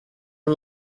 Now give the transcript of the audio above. and